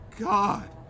god